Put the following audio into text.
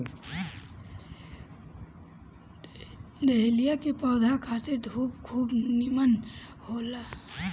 dahlia के पौधा खातिर धूप खूब निमन होला